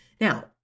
Now